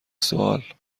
سوال